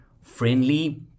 friendly